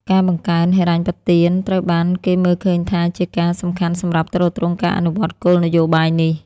ការបង្កើនហិរញ្ញប្បទាន ត្រូវបានគេមើលឃើញថាជាការសំខាន់សម្រាប់ទ្រទ្រង់ការអនុវត្តគោលនយោបាយនេះ។